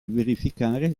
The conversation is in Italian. verificare